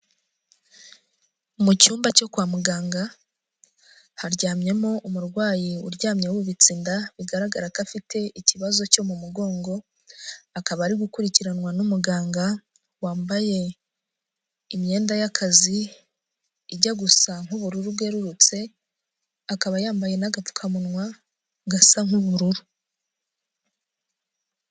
Mu cyumba cyo kwa muganga, haryamyemo umurwayi uryamye wubitse inda bigaragara ko afite ikibazo cyo mu mugongo, akaba ari gukurikiranwa n'umuganga wambaye imyenda y'akazi ijya gusa nk'ubururu bwerurutse, akaba yambaye n'agapfukamunwa gasa nk'ubururu.